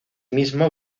mismo